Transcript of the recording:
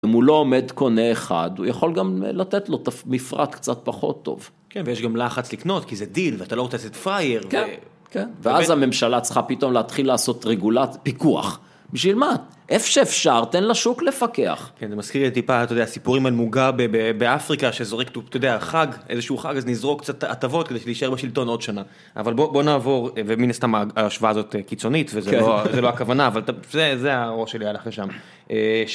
אם הוא לא עומד קונה אחד, הוא יכול גם לתת לו מפרט קצת פחות טוב. כן, ויש גם לחץ לקנות, כי זה דיל, ואתה לא רוצה לעשות פרייר. כן, כן, ואז הממשלה צריכה פתאום להתחיל לעשות רגולת פיקוח. בשביל מה? איפה שאפשר, תן לשוק לפקח. כן, זה מזכיר לי טיפה, אתה יודע, הסיפורים על מוגה באפריקה, שזורקת, אתה יודע, חג, איזשהו חג, אז נזרוק קצת הטבות, כדי שתשאר בשלטון עוד שנה. אבל בואו נעבור, ומן הסתם ההשוואה הזאת קיצונית, וזה לא הכוונה, אבל זה הראש שלי הלך לשם.